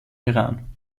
iran